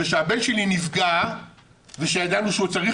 ו כשהבן שלי נפגע וכשידענו שהוא צריך